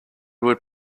would